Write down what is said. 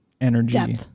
energy